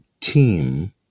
team